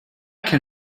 can